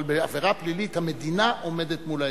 אבל בעבירה פלילית המדינה עומדת מול האזרח.